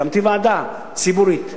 הקמתי ועדה ציבורית,